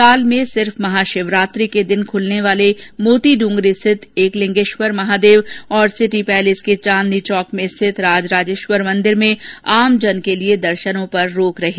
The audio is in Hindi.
साल में सिर्फ महाशिवरात्रि के दिन ख्लने वाले मोतीडूंगरी स्थित एकलिंगेश्वर महादेव और सिटी पैलेस के चांदनी चौक में स्थित राजराजेश्वर मंदिर में आमजन के लिए दर्शनों पर पाबंदी रहीं